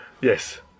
Yes